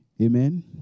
Amen